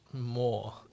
more